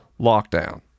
lockdown